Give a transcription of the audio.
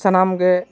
ᱥᱟᱱᱟᱢ ᱜᱮ